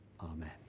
amen